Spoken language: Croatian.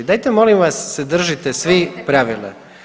Dajte molim vas se držite svi pravila.